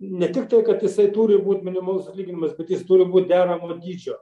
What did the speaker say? ne tik tai kad jisai turi būt minimalus atlyginimas bet jis turi būt deramo dydžio